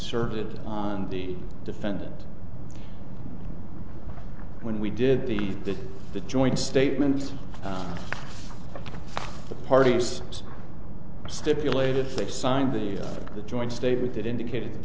serve it on the defendant when we did the did the joint statements the parties stipulate assigned the the joint statement that indicated